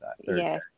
Yes